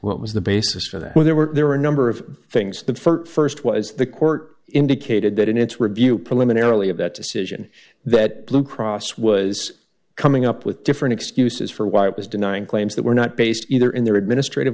what was the basis for that where there were there were a number of things the st was the court indicated that in its review preliminarily of that decision that blue cross was coming up with different excuses for why it was denying claims that were not based either in their administrative